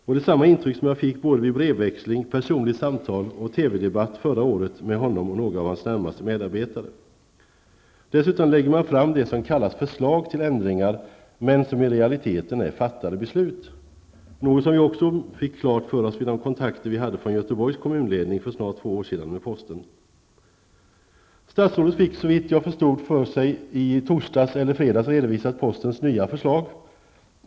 Och det var samma intryck jag fick vid både brevväxling, personligt samtal och TV-debatt förra året med honom och några av hans närmaste medarbetare. Dessutom lägger man fram det som kallas förslag till ändringar, men som i realiteten är fattade beslut. Det var också något som vi fick klart för oss vid de kontakter vi hade från Göteborgs kommunledning för snart två år sedan med posten. Statsrådet fick, såvitt jag förstår, i torsdags eller fredags för sig redovisat postens nya förslag.